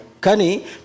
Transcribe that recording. Kani